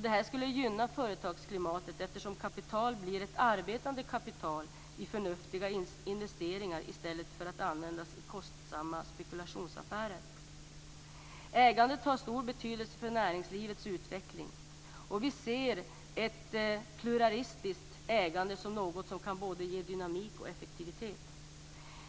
Detta skulle gynna företagsklimatet, eftersom fondkapitalet blir ett arbetande kapital i förnuftiga investeringar i stället för att det skall användas i kostsamma spekulationsaffärer. Ägandet har stor betydelse för näringslivets utveckling. Vi ser ett pluralistiskt ägande som något som kan ge både dynamik och effektivitet.